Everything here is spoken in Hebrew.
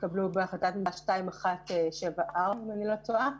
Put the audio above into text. שהתקבלו בהחלטה 2174, אם אני לא טועה.